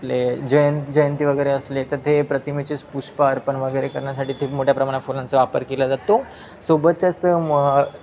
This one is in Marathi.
आपले जयं जयंती वगैरे असले तर ते प्रतिमेचेच पुष्प अर्पण वगैरे करण्यासाठी ते मोठ्या प्रमाणात फुलांचा वापर केला जातो सोबतच मं